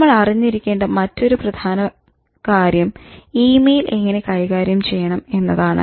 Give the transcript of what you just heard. നമ്മൾ അറിഞ്ഞിരിക്കേണ്ട മറ്റൊരു പ്രധാനപ്പെട്ട കാര്യം ഇമെയിൽ എങ്ങനെ കൈകാര്യം ചെയ്യണം എന്നതാണ്